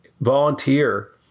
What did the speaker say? volunteer